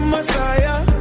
Messiah